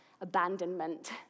abandonment